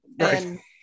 Right